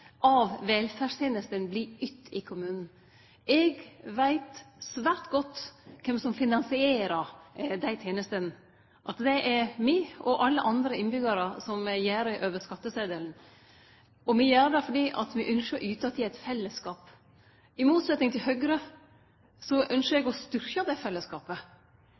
av velferdstenester. 70 pst av velferdstenestene vert ytte i kommunen. Eg veit svært godt kven som finansierer dei tenestene. Det er me og alle andre innbyggjarar som gjer det over skattesetelen. Vi gjer det fordi me ynskjer å yte til ein fellesskap. I motsetnad til Høgre ynskjer eg å styrkje den fellesskapen – ikkje gjennom å auke skattane, det